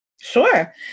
Sure